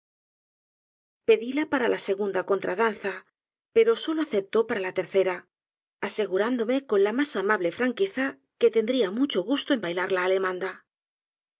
pedíla para la segunda contradanza pero solo aceptó para la tercera asegurándome con la mas amable franqueza que tendría mucho gusto en bailar la alemanda